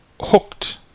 hooked